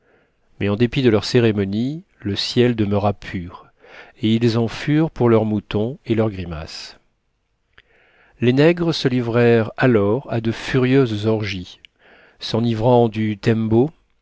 mais en dépit de leurs cérémonies le ciel demeura pur et ils en furent pour leur mouton et leurs grimaces les nègres se livrèrent alors à de furieuses orgies s'enivrant du tembo